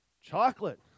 chocolate